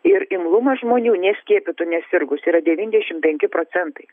ir imlumas žmonių neskiepytų nesirgus yra devyniasdešim penki procentai